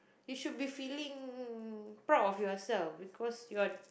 you should be feeling proud of yourself because you're